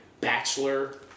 Bachelor